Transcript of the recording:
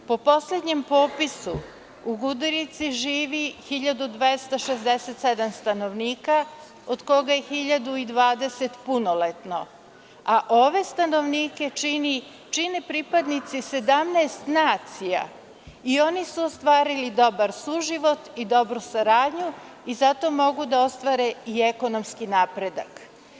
Po poslednjem popisu, u Gudurici živi 1.267 stanovnika, od koga je 1.020 punoletno, a ove stanovnike čine pripadnici 17 nacija i oni su ostvarili dobar suživot i dobru saradnju i zato mogu da ostvare i ekonomski napredak.